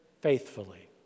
faithfully